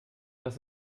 dass